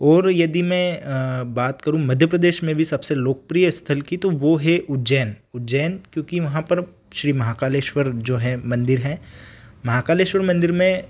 और यदि मैं बात करूँ मध्य प्रदेश में भी सबसे लोकप्रिय स्थल की तो वह है उज्जैन उज्जैन क्योंकि वहाँ पर श्री महाकालेश्वर जो है मंदिर है महाकालेश्वर मंदिर में